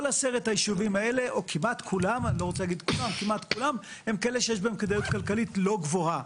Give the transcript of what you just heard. כמעט כל עשרת היישובים האלה הם כאלה שיש בהם כדאיות כלכליות לא גבוהה,